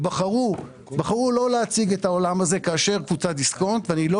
בחרו לא להציג את העולם הזה כאשר קבוצת דיסקונט ואני לא